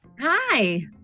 Hi